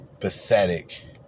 Pathetic